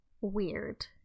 weird